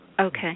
Okay